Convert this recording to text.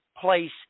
place